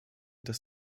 dass